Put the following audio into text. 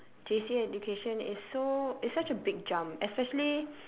J_C education it's so it's such a big jump especially